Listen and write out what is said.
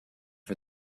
for